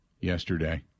yesterday